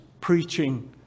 preaching